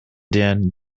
than